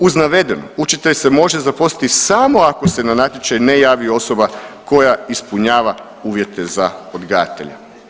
Uz navedeno učitelj se može zaposliti samo ako se na natječaj ne javi osoba koja ispunjava uvjete za odgajatelje.